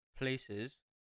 places